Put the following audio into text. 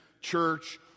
church